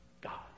God